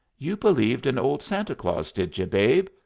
you believed in old santa claus, did you, babe?